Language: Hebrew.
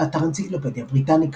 באתר אנציקלופדיה בריטניקה